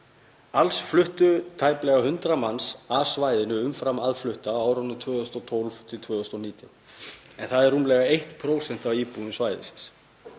Alls fluttu tæplega 100 manns af svæðinu umfram aðflutta á árunum 2012–2019 en það er rúmlega 1% af íbúum svæðisins.